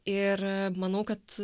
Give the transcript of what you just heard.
ir manau kad